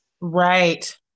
Right